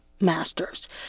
masters